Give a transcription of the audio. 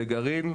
לגרעין,